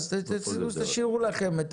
אז תשאירו לכם.